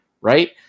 right